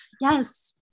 yes